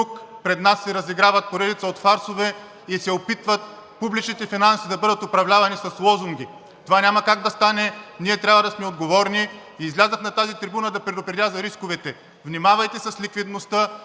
тук пред нас се разиграват поредица от фарсове и се опитват публичните финанси да бъдат управлявани с лозунги. Това няма как да стане. Ние трябва да сме отговорни. Излязох на тази трибуна да предупредя за рисковете. Внимавайте с ликвидността,